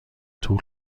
طول